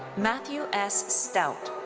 matthew s. stout.